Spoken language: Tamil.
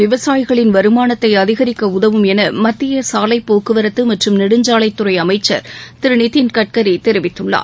விவசாயிகளின் வருமானத்தை அதிகரிக்க உதவும் என மத்திய சாலைப் போக்குவரத்து மற்றும் நெடுஞ்சாலைத்துறை அமைச்சர் திரு நிதின் கட்கரி தெரிவித்குள்ளார்